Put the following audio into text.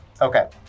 Okay